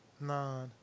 nine